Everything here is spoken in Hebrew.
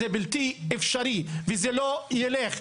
זה בלתי אפשרי וזה לא ילך,